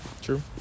True